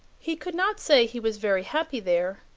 he could not say he was very happy there,